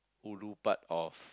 ulu part of